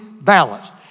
balanced